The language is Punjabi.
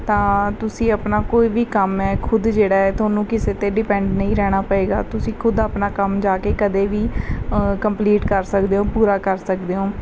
ਤਾਂ ਤੁਸੀਂ ਆਪਣਾ ਕੋਈ ਵੀ ਕੰਮ ਹੈ ਖੁਦ ਜਿਹੜਾ ਹੈ ਤੁਹਾਨੂੰ ਕਿਸੇ 'ਤੇ ਡਿਪੈਂਡ ਨਹੀਂ ਰਹਿਣਾ ਪਵੇਗਾ ਤੁਸੀਂ ਖੁਦ ਆਪਣਾ ਕੰਮ ਜਾ ਕੇ ਕਦੇ ਵੀ ਕੰਪਲੀਟ ਕਰ ਸਕਦੇ ਹੋ ਪੂਰਾ ਕਰ ਸਕਦੇ ਹੋ